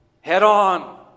head-on